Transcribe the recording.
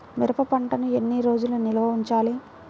మిరప పంటను ఎన్ని రోజులు నిల్వ ఉంచాలి?